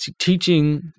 Teaching